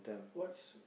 what's